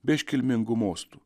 be iškilmingų mostų